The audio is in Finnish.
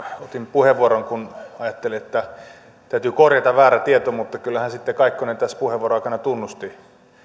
otin puheenvuoron kun ajattelin että täytyy korjata väärä tieto mutta kyllähän sitten kaikkonen tässä puheenvuoron aikana tunnusti